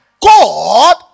God